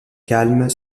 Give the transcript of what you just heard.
calme